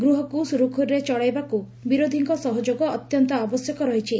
ଗୃହକୁ ସୁରୁଖୁରୁରେ ଚଳାଇବାକୁ ବିରୋଧୀଙ୍କ ସହଯୋଗ ଅତ୍ୟନ୍ତ ଆବଶ୍ୟକ ରହିଛି